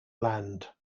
land